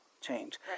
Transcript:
change